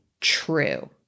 true